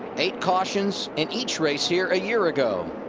eight cautions in each race here a year ago.